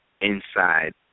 inside